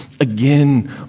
again